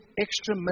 extra